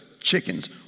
chickens